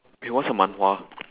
wait what's a manhwa